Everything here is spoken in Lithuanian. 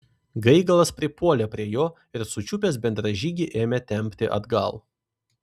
gaigalas pripuolė prie jo ir sučiupęs bendražygį ėmė tempti atgal